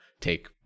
take